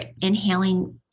inhaling